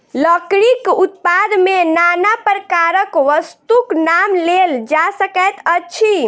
लकड़ीक उत्पाद मे नाना प्रकारक वस्तुक नाम लेल जा सकैत अछि